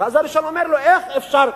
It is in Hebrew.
אז הראשון אומר לו, איך אפשר?